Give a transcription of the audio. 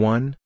One